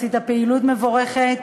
עשית פעילות מבורכת,